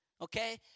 Okay